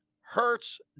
hurts